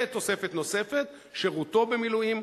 ותוספת נוספת: שירותו במילואים,